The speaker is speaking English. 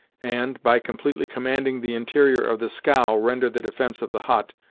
and, by completely commanding the interior of the scow render the defence of the hut,